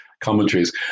commentaries